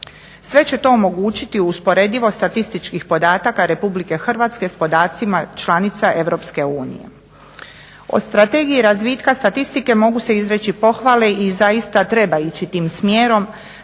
Sve će to omogućiti usporedivost statističkih podataka RH s podacima članica EU. O strategiji razvitka statistike mogu se izreći pohvale i zaista treba ići tim smjerom